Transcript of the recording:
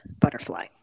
butterfly